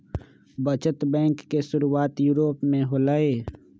बचत बैंक के शुरुआत यूरोप में होलय